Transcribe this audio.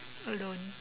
alone